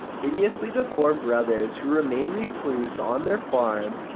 hideously deformed brothers who remain recluse on their farm.